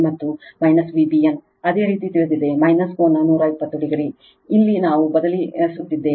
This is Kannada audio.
ಮತ್ತು Vbn ಅದೇ ರೀತಿ ತಿಳಿದಿದೆ ಕೋನ 120 o ಇಲ್ಲಿ ನಾವು ಬದಲಿ ಸುತ್ತಿದ್ದೇವೆ